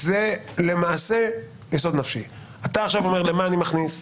אתה עכשיו אומר: למה אני מכניס?